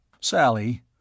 Sally